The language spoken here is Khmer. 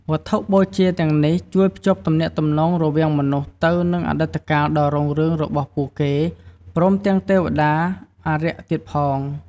វត្ថុបូជាទាំងនេះជួយភ្ជាប់ទំនាក់ទំនងរវាងមនុស្សទៅ នឹងអតីតកាលដ៏រុងរឿងរបស់ពួកគេ ព្រមទាំងទេវតា អារក្សទៀតផង។